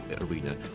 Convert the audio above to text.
arena